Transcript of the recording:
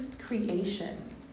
creation